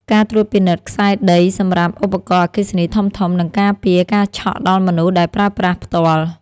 ការត្រួតពិនិត្យខ្សែដីសម្រាប់ឧបករណ៍អគ្គិសនីធំៗនឹងការពារការឆក់ដល់មនុស្សដែលប្រើប្រាស់ផ្ទាល់។